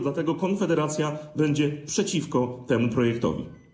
Dlatego Konfederacja będzie przeciwko temu projektowi.